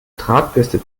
drahtbürste